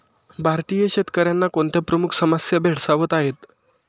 भारतीय शेतकऱ्यांना कोणत्या प्रमुख समस्या भेडसावत आहेत?